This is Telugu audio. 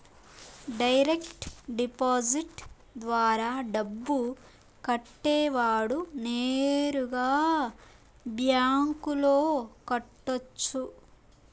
డైరెక్ట్ డిపాజిట్ ద్వారా డబ్బు కట్టేవాడు నేరుగా బ్యాంకులో కట్టొచ్చు